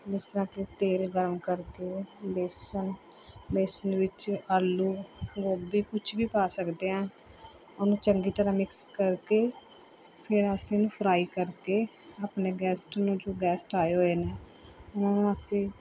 ਜਿਸ ਤਰ੍ਹਾਂ ਕਿ ਤੇਲ ਗਰਮ ਕਰਕੇ ਬੇਸਣ ਬੇਸਣ ਵਿੱਚ ਆਲੂ ਗੋਭੀ ਕੁਛ ਵੀ ਪਾ ਸਕਦੇ ਹਾਂ ਉਹਨੂੰ ਚੰਗੀ ਤਰ੍ਹਾਂ ਮਿਕਸ ਕਰਕੇ ਫਿਰ ਅਸੀਂ ਉਹਨੂੰ ਫਰਾਈ ਕਰਕੇ ਆਪਣੇ ਗੈਸਟ ਨੂੰ ਜੋ ਗੈਸਟ ਆਏ ਹੋਏ ਨੇ ਉਹਨਾਂ ਨੂੰ ਅਸੀਂ